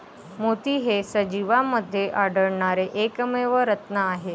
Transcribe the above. मोती हे सजीवांमध्ये आढळणारे एकमेव रत्न आहेत